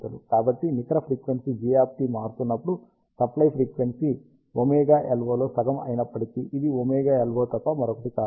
కాబట్టి నికర frequency g మారుతున్నప్పుడు సప్లై ఫ్రీక్వెన్సీ ωLO లో సగం అయినప్పటికీ ఇది ωLO తప్ప మరొకటి కాదు